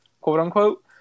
quote-unquote